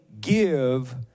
give